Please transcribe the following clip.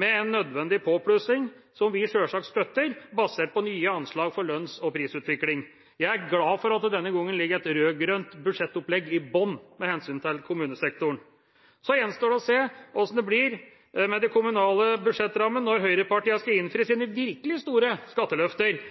med en nødvendig påplussing – som vi sjølsagt støtter – basert på nye anslag for lønns- og prisutvikling. Jeg er glad for at det denne gangen ligger et rød-grønt budsjettopplegg i bunnen med hensyn til kommunesektoren. Så gjenstår det å se hvordan det blir med de kommunale budsjettrammer når høyrepartiene skal innfri sine virkelig store skatteløfter.